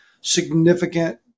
significant